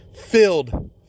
filled